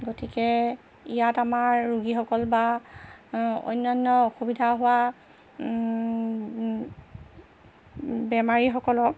গতিকে ইয়াত আমাৰ ৰোগীসকল বা অন্যান্য অসুবিধা হোৱা বেমাৰীসকলক